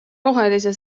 rohelise